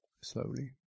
slowly